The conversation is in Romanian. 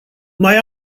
mai